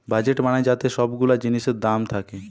budget মানে যাতে সব গুলা জিনিসের দাম থাকে